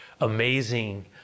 amazing